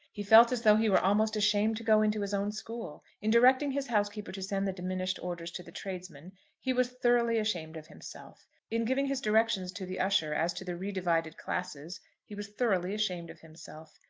he felt as though he were almost ashamed to go into his own school. in directing his housekeeper to send the diminished orders to the tradesmen he was thoroughly ashamed of himself in giving his directions to the usher as to the re-divided classes he was thoroughly ashamed of himself.